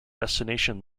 destination